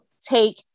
take